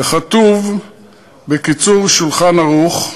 וכתוב ב"קיצור שולחן ערוך",